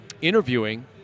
interviewing